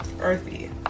earthy